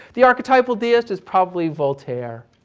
the archetypal deist is probably voltaire.